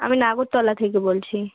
আমি নাগরতলা থেকে বলছি